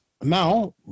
Now